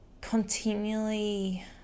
continually